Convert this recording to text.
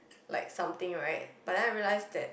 like something right but then I realise that